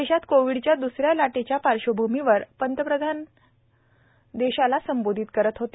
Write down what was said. देशात कोविडच्या द्सऱ्या लाटेच्या पार्श्वभूमीवर प्रधानमंत्री देशाला संबोधित करत होते